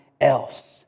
else